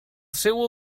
seu